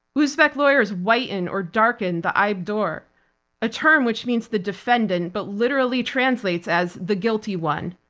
uzbek lawyers whiten or darken the aybdor, a term which means the defendant but literally translates as the guilty one.